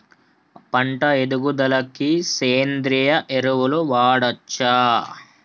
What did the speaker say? పంట ఎదుగుదలకి సేంద్రీయ ఎరువులు వాడచ్చా?